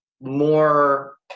more